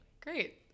Great